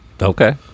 Okay